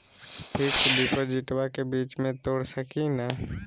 Fix डिपोजिटबा के बीच में तोड़ सकी ना?